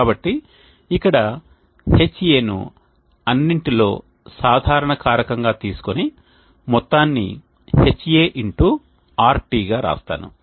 కాబట్టి ఇక్కడ Ha ను అన్నింటిలో సాధారణ కారకంగా తీసుకొని మొత్తాన్ని Ha x RT గా రాస్తాను